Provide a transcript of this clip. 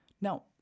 Now